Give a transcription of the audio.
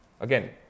Again